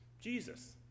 Jesus